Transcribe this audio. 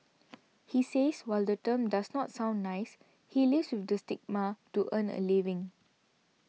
he says while the term does not sound nice he lives with the stigma to earn a living